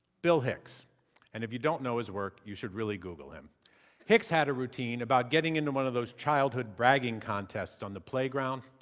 bill hicks and if you don't know his work, you should really google him hicks had a routine about getting into one of those childhood bragging contests on the playground,